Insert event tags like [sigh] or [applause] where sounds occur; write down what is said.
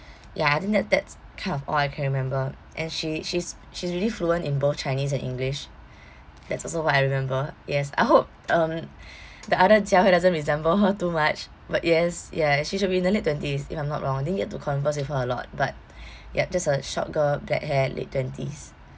[breath] ya I think that that's kind of all I can remember and she she's she's really fluent in both chinese and english [breath] that's also what I remember yes I hope um [breath] the other jia hui doesn't resemble her too much but yes ya she should be in the late twenties if I'm not wrong didn't get to converse with her a lot but [breath] ya just a short girl black hair late twenties